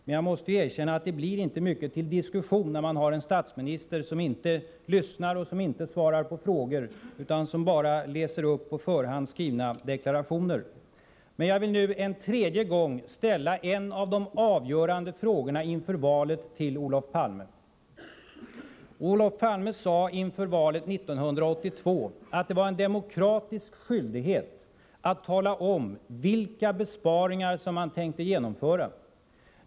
Jag måste emellertid erkänna att det blir inte mycket till diskussion när man har en statsminister som inte lyssnar och som inte svarar på frågor, utan som bara läser upp på förhand skrivna deklarationer. Men jag vill nu en tredje gång ta upp en av de avgörande frågorna inför valet. Olof Palme sade inför valet 1982 att det var en demokratisk skyldighet att tala om, vilka besparingar som man tänkte genomföra.